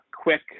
quick